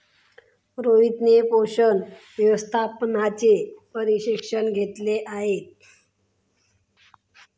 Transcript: रोहितने पोषण व्यवस्थापनाचे प्रशिक्षण घेतले आहे